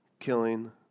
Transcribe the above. killing